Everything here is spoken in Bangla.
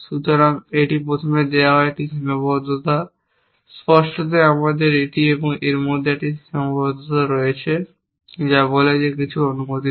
সুতরাং এটি প্রথমে দেওয়া একটি সীমাবদ্ধতা স্পষ্টতই আমাদের এটি এবং এর মধ্যে একটি সীমাবদ্ধতা রয়েছে যা বলে যে কিছু অনুমোদিত